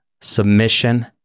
submission